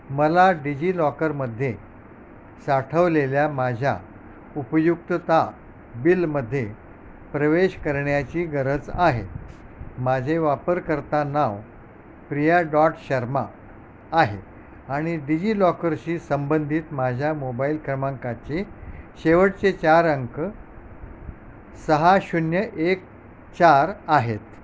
मला डिजि लॉकरमध्ये साठवलेल्या माझ्या उपयुक्तता बिलमध्ये प्रवेश करण्याची गरज आहे माझे वापरकर्ता नाव प्रिया डॉट शर्मा आहे आणि डिजि लॉकरशी संबंधित माझ्या मोबाईल क्रमांकाचे शेवटचे चार अंक सहा शून्य एक चार आहेत